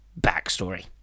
backstory